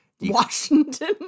Washington